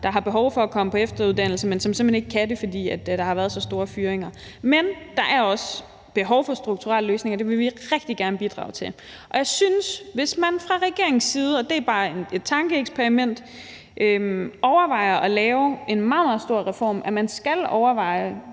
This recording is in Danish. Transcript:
der har behov for at komme på efteruddannelse, men som simpelt hen ikke kan det, fordi der har været så store fyringer. Men der er også behov for strukturelle løsninger, og det vil vi rigtig gerne bidrage til. Og jeg synes, hvis man fra regeringens side – og det er bare et tankeeksperiment – overvejer at lave en meget, meget stor reform, at man skal overveje